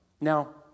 Now